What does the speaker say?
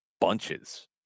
bunches